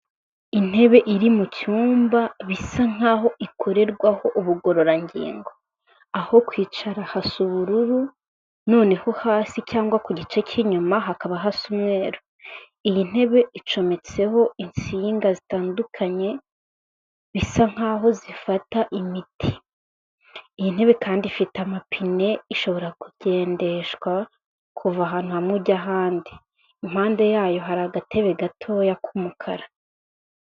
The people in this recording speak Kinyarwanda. Intebe iri mu cyumba bisa nkaho ikorerwaho ubugororangingo, aho kwicara hasa ubururu, noneho hasi cyangwa ku gice cy'inyuma hakaba hasa umweru. Iyi ntebe icmetseho insinga zitandukanye bisa nk'aho zifata imiti. Iyi ntebe kandi ifite amapine ishobora kugendeshwa kuva ahantu hamwe ijya ahandi, impande yayo hari agatebe gatoya k'umukara.